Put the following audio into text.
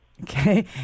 Okay